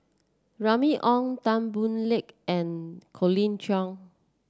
Remy Ong Tan Boo Liat and Colin Cheong